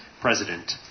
president